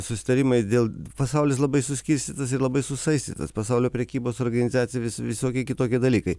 susitarimai dėl pasaulis labai suskirstytas ir labai susaistytas pasaulio prekybos organizacija vis visokie kitokie dalykai